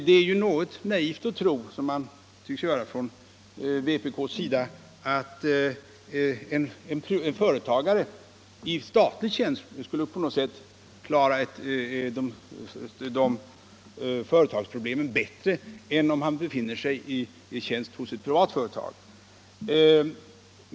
Det är något naivt att tro — som man tycks göra på vpk-sidan — att en företagare i statlig tjänst på något sätt skulle kunna lösa företagsproblemen bättre än om han skulle befinna sig i tjänst hos ett privat företag.